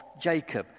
Jacob